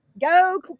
go